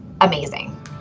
amazing